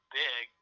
big